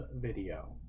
video